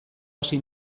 hasi